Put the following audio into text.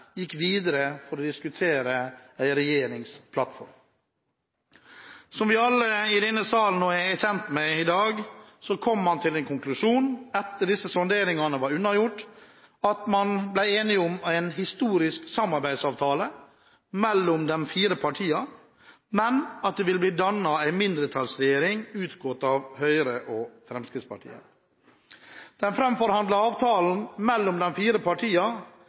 gikk videre for å diskutere en regjeringsplattform. Som vi alle i denne sal i dag er kjent med, kom man til en konklusjon etter at disse sonderingene var unnagjort: Man ble enig om en historisk samarbeidsavtale mellom de fire partiene, men det ville bli dannet en mindretallsregjering utgått av Høyre og Fremskrittspartiet. Den framforhandlede avtalen mellom de fire